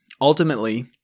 ultimately